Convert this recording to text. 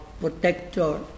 protector